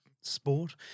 sport –